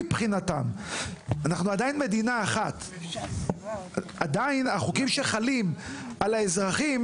אנחנו עדיין מדינה אחת; החוקים שחלים על האזרחים